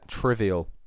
trivial